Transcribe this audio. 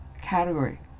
category